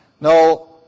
No